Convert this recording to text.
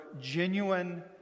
genuine